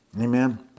Amen